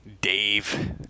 Dave